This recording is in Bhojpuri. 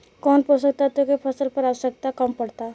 कौन पोषक तत्व के फसल पर आवशयक्ता कम पड़ता?